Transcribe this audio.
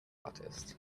artist